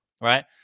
right